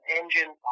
engine